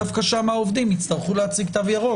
דווקא שם העובדים יצטרכו להציג תו ירוק.